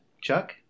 Chuck